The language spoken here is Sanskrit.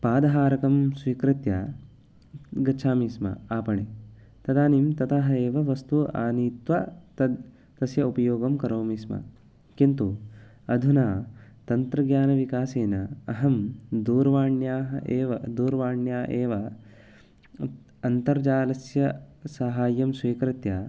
पादहारकं स्वीकृत्य गच्छामि स्म आपणे तदानीम् ततः एव वस्तु आनीत्वा तद् तस्य उपयोगं करोमि स्म किन्तु अधुना तन्त्रज्ञानविकासेन अहं दूरवाण्याः एव दूरवाण्या एव म् अन्तर्जालस्य साहाय्यं स्वीकृत्य